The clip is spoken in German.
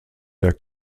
der